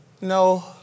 No